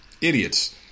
Idiots